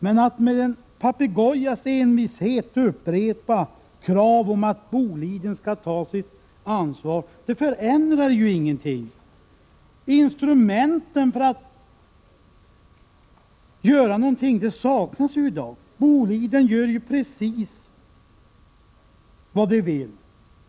Men att med en papegojas envishet upprepa krav om att Boliden skall ta sitt ansvar förändrar ju ingenting. Instrumenten för att göra någonting saknas i dag. Boliden gör precis vad det vill.